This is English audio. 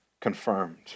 confirmed